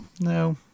no